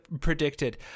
predicted